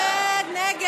סעיף